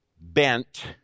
bent